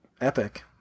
epic